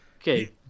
okay